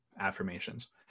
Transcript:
affirmations